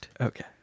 Okay